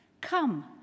Come